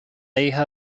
hija